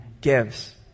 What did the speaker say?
gives